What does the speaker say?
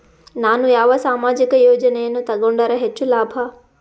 ನಾನು ಯಾವ ಸಾಮಾಜಿಕ ಯೋಜನೆಯನ್ನು ತಗೊಂಡರ ಹೆಚ್ಚು ಲಾಭ?